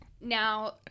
Now